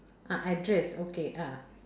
ah address okay ah